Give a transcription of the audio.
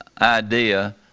idea